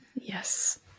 Yes